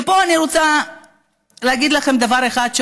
ופה אני רוצה להגיד לכם דבר אחד,